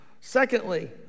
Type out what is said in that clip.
Secondly